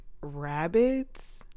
rabbits